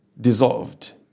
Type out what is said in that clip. dissolved